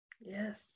yes